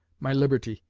my liberty,